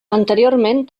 anteriorment